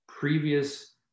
previous